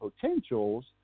potentials